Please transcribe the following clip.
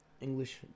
English